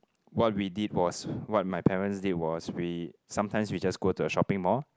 what we did was what my parents did was we sometimes we just go to a shopping mall